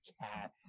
cat